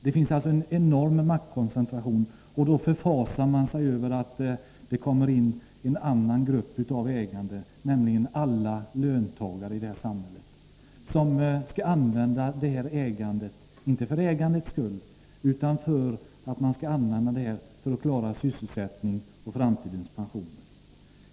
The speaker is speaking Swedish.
Det finns alltså en enorm maktkoncentration, och då förfasar man sig över att det kommer in en annan grupp av ägare, nämligen alla löntagare i detta samhälle. Deras ägande är inte ett ägande för ägandets egen skull utan ett ägande för att klara sysselsättning och framtidens pensioner.